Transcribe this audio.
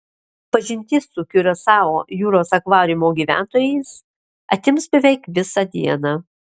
pažintis su kiurasao jūros akvariumo gyventojais atims beveik visą dieną